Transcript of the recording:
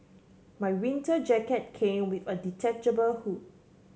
my winter jacket came with a detachable hood